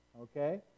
okay